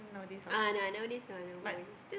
ah now nowadays uh no more already